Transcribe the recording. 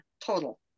total